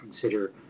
consider